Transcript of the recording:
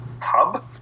Pub